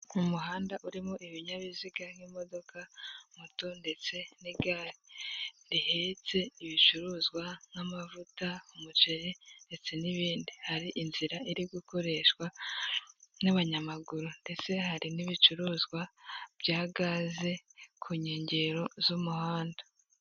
Umuhanda urimo ibinyabiziga nk'imodoka, moto ndetse n'igare rihetse ibicuruzwa nk'amavuta, umuceri ndetse n'ibindi. Hari inzira iri gukoreshwa n'abanyamaguru ndetse hari n'ibicuruzwa bya gaze ku nkengero z'umuhanda.